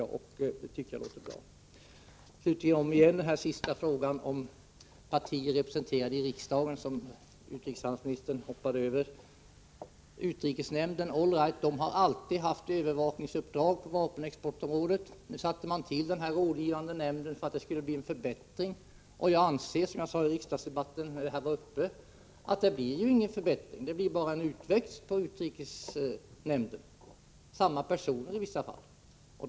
Jag tycker att det som statsrådet anför låter bra. Till sist frågan om inflytande för partier som är representerade i riksdagen, en fråga som utrikeshandelsministern hoppade över. Utrikesnämnden har ju alltid haft övervakningsuppdrag på vapenexportområdet. Den rådgivande nämnden har tillsatts för att det skulle bli en förbättring, och jag anser - som jag sade i riksdagsdebatten när frågan var uppe — att det inte blir någon förbättring. Det blir bara en utväxt på utrikesnämnden, och det rör sig i vissa fall om samma personer.